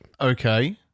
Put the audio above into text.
Okay